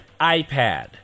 iPad